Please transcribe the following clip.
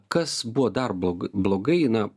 kas buvo dar blog blogai na